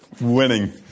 Winning